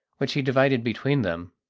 which he divided between them.